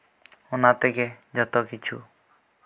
ᱚᱱᱟ ᱛᱮᱜᱮ ᱡᱚᱛᱚ ᱠᱤᱪᱷᱩ